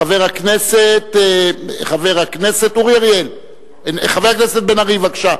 חבר הכנסת בן-ארי, בבקשה.